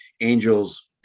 Angels